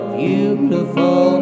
beautiful